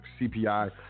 CPI